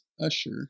Usher